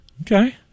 Okay